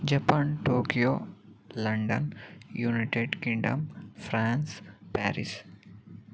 Japan Tokyo London United Kingdom France Paris